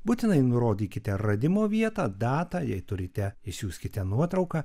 būtinai nurodykite radimo vietą datą jei turite išsiųskite nuotrauką